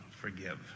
forgive